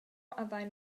havein